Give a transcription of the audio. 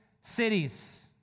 cities